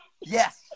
Yes